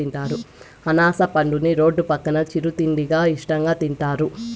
అనాస పండుని రోడ్డు పక్కన చిరు తిండిగా ఇష్టంగా తింటారు